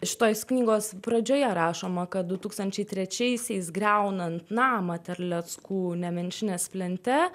šitos knygos pradžioje rašoma kad du tūkstančiai trečiaisiais griaunant namą terleckų nemenčinės plente